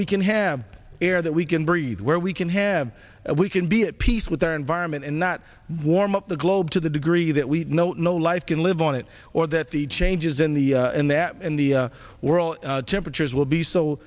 we can have air that we can breathe where we can have we can be at peace with our environment and not warm up the globe to the degree that we know no life can live on it or that the changes in the in that in the world temperatures will be so